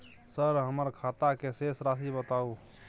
Sir हमर खाता के शेस राशि बताउ?